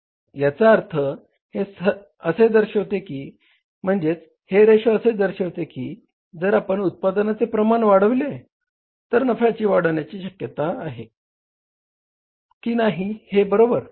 याचा अर्थ हे असे दर्शविते की म्हणजेच हे रेशो असे दर्शविते की जर आपण उत्पादनाचे प्रमाण वाढविले तर नफा वाढविण्याची शक्यता आहे की नाही बरोबर